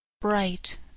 bright